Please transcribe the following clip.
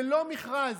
ללא מכרז,